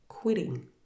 Quitting